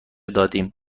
دادیم